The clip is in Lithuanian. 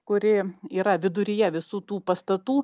kuri yra viduryje visų tų pastatų